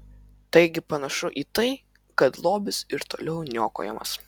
taigi panašu į tai kad lobis ir toliau niokojamas